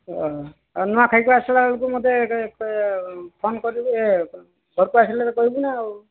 ଓଃ ଆଉ ନୂଆଖାଇ କି ଆସିଲା ବେଳକୁ ମୋତେ ଫୋନ୍ କରିବୁ ଇଏ ଘରକୁ ଆସିଲେ ଏ କହିବୁ ନା ଆଉ